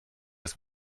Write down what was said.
das